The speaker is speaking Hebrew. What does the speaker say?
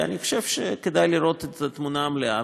אני חושב שכדאי לראות את התמונה המלאה,